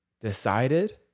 decided